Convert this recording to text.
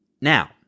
Now